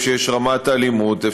איפה שיש רמת אלימות.